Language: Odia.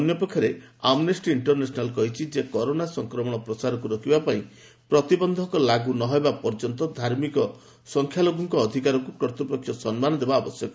ଅନ୍ୟ ପକ୍ଷରେ ଆମ୍ନେଷ୍ଟି ଇଷ୍ଟରନ୍ୟାସନାଲ କହିଛି କରୋନା ସଂକ୍ରମଣ ପ୍ରସାରକୁ ରୋକିବାପାଇଁ ପ୍ରତିବନ୍ଧକ ଲାଗୁ ନ ହେବା ପର୍ଯ୍ୟନ୍ତ ଧାର୍ମିକ ସଂଖ୍ୟାଲଘୁଙ୍କ ଅଧିକାରକୁ କର୍ତ୍ତ୍ୱପକ୍ଷ ସମ୍ମାନ ଦେବା ଆବଶ୍ୟକ